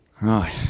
Right